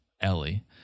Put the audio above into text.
Ellie